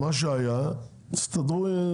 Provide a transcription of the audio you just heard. אז מה שהיה תסתדרו,